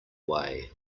way